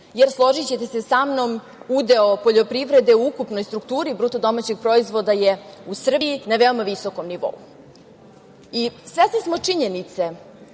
jer, složićete se sa mnom, udeo poljoprivrede u ukupnoj strukturi bruto domaćeg proizvoda je u Srbiji na veoma visokom nivou. Svesni smo činjenice